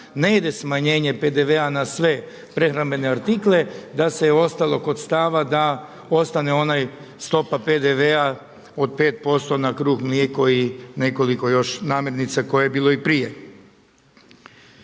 ne ide smanjenje PDV-a na sve prehrambene artikle da se ostalo kod stava da ostane onaj stopa PDV-a od 5% na kruh, mlijeko i nekoliko još namirnica koje je bilo i prije.